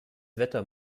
wetter